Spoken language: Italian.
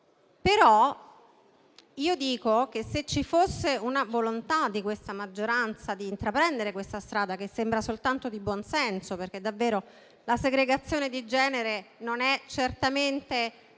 però, che ci dovrebbe essere la volontà da parte di questa maggioranza di intraprendere questa strada che sembra soltanto di buonsenso, perché davvero la segregazione di genere non è certamente